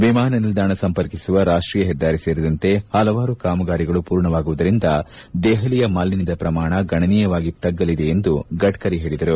ವಿಮಾನನಿಲ್ದಾಣ ಸಂಪರ್ಕಿಸುವ ರಾಷ್ಷೀಯ ಹೆದ್ದಾರಿ ಸೇರಿದಂತೆ ಪಲವಾರು ಕಾಮಗಾರಿಗಳು ಮೂರ್ಣವಾಗುವುದರಿಂದ ದೆಹಲಿಯ ಮಾಲಿನ್ನದ ಪ್ರಮಾಣ ಗಣನೀಯವಾಗಿ ತಗ್ಗಲಿದೆ ಎಂದು ಗಡ್ತರಿ ಹೇಳಿದರು